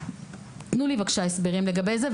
תנו לי בבקשה הסברים לגבי זה,